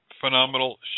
phenomenal